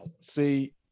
See